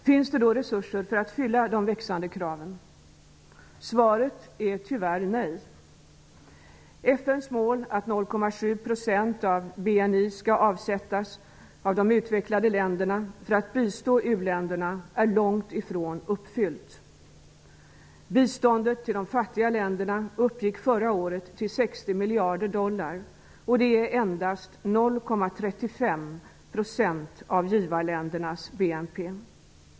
Finns det då resurser för att uppfylla de växande kraven? Svaret är tyvärr nej. FN:s mål att 0,7 % av BNP skall avsättas av de utvecklade länderna för att bistå u-länderna är långt ifrån uppfyllt. Biståndet till de fattiga länderna uppgick förra året till 60 miljarder dollar, och det är endast 0,35 % av givarländernas BNP.